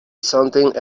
something